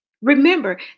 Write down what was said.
Remember